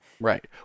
Right